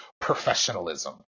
professionalism